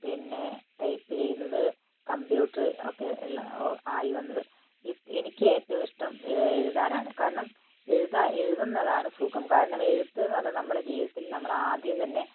പിന്നെ ടൈപ്പ് ചെയ്യുന്നത് കമ്പ്യൂട്ടറ് ഒക്കെ ഉളള ഓഹ് ആയി വന്നത് എനിക്ക് ഏറ്റവും ഇഷ്ടം എഴുതാനാണ് കാരണം എഴുതുന്നതാണ് സുഖം കാരണം എഴുത്ത് എന്നു പറഞ്ഞാൽ നമ്മളെ ജീവിതത്തിൽ നമ്മളാദ്യം തന്നെ